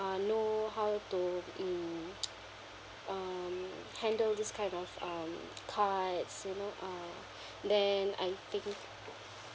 uh know how to mm um handle this kind of um cards you know uh then I think